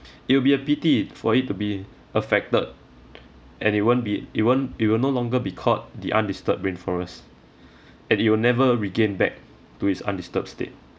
it will be a pity for it to be affected and it won't be it won't it will no longer be called the undisturbed rainforest and it will never regain back to its undisturbed state